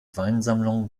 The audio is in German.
weinsammlung